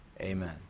Amen